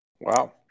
Wow